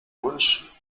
wunsch